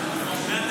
אזולאי,